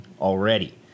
already